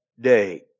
day